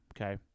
okay